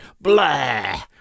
blah